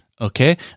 okay